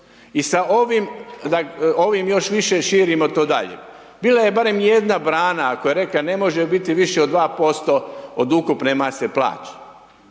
i sa ovim još više širimo to dalje. Bila je barem jedna brana, ako je …/Govornik se ne razumije/… ne može biti više od 2% od ukupne mase plaća.